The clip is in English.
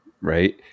right